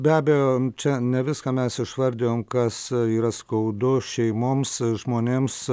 be abejo čia ne viską mes išvardijom kas yra skaudu šeimoms žmonėms